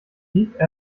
deep